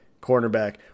cornerback